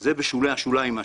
זה בשולי השוליים.